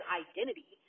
identity